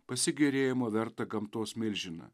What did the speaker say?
pasigėrėjimo vertą gamtos milžiną